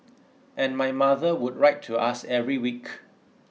and my mother would write to us every week